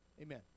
Amen